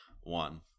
one